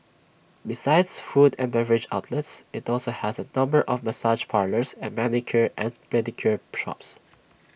besides food and beverage outlets IT also has A number of massage parlours and manicure and pedicure shops